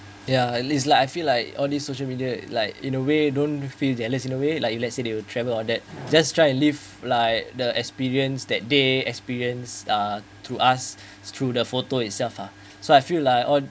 ya at least like I feel like all these social media like in a way don't feel jealous in a way like if let's say they will travel all that just try and live like the experience that day experience uh to us through the photo itself uh so I feel like all